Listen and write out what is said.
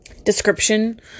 Description